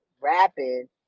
rapping